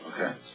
Okay